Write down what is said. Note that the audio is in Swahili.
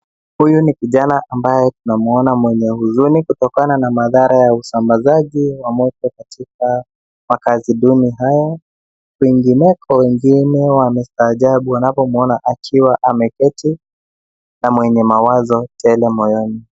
Huyu ni kijana ambaye tunamuona mwenye huzuni kutokana na madhara ya usambazaji wa moto katika makazi duni haya. Kwingineko, wengine wamestaajabu wanapomuona akiwa ameketi na mwenye mawazo tele moyoni.